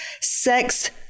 sex